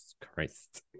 Christ